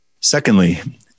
Secondly